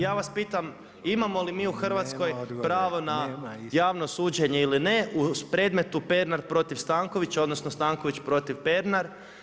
Ja vas pitam, imamo li mi u Hrvatskoj pravo na javno suđenje ili ne u predmetu Pernar protiv Stankovića odnosno Stanković protiv Pernar?